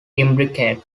imbricate